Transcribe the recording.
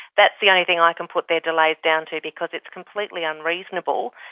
that's the only thing i can put their delays down to because it's completely unreasonable.